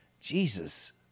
Jesus